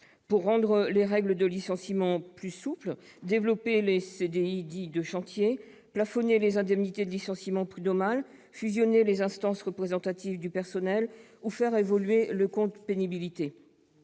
pour rendre les règles de licenciement plus souples, développer les CDI dits « de chantier », plafonner les indemnités de licenciement prud'homales, fusionner les instances représentatives du personnel ou faire évoluer le compte pénibilité.